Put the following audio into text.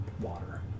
water